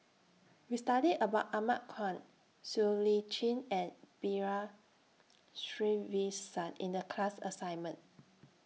We studied about Ahmad Khan Siow Lee Chin and B R Sreenivasan in The class assignment